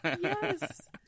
Yes